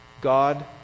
God